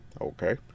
Okay